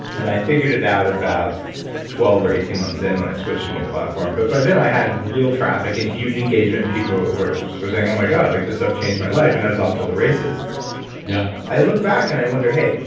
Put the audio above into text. and i figured it out about twelve or eighteen months in when i switched a new platform. but by then i had real traffic and huge engagement and people were were saying, oh my god! like this stuff changed my life, and i was off to the races yeah i looked back and i wonder, hey,